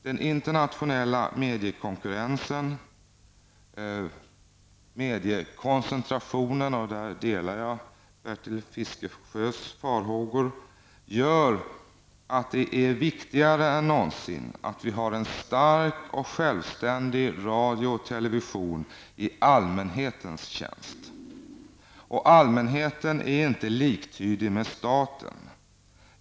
Den internationella mediekoncentrationen, och där delar jag Bertil Fiskesjös farhågor, gör att det är viktigare än någonsin att vi har en stark och självständig radio och television i allmänhetens tjänst. Och allmänheten är inte liktydigt med staten.